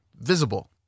visible